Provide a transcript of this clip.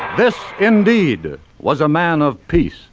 this indeed was a man of peace.